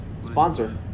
sponsor